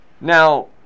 Now